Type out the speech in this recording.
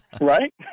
Right